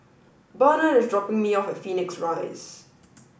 Bernhard is dropping me off at Phoenix Rise